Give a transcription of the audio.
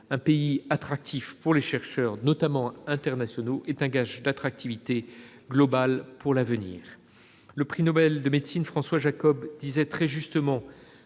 un pays attractif pour les chercheurs, notamment internationaux, est un gage d'attractivité global pour l'avenir. Le prix Nobel de médecine, François Jacob, soulignait très justement